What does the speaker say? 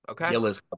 okay